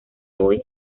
hoy